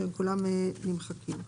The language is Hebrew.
כל הסעיפים האלה נמחקו.